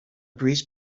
breeze